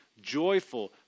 joyful